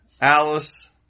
Alice